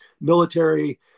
military